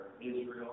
Israel